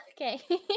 okay